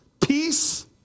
peace